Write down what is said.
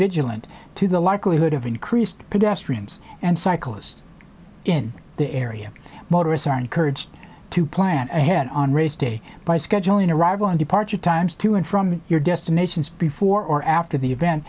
vigilant to the likelihood of increased pedestrians and cyclists in the area motorists are encouraged to plan ahead on race day by scheduling arrival and departure times to and from your destinations before or after the event